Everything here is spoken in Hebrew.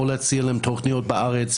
או להציע להם תכניות בארץ,